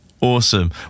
Awesome